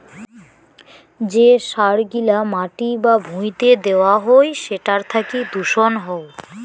যে সার গিলা মাটি বা ভুঁইতে দেওয়া হই সেটার থাকি দূষণ হউ